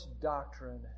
doctrine